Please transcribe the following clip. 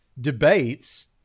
debates